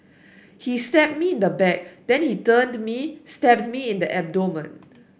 he stabbed me in the back then he turned me stabbed me in the abdomen